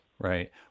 Right